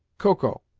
koko,